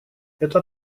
это